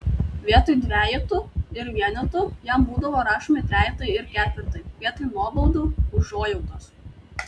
vietoj dvejetų ir vienetų jam būdavo rašomi trejetai ir ketvirtai vietoj nuobaudų užuojautos